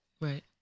Right